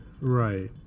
Right